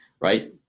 right